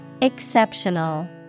Exceptional